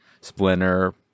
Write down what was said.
Splinter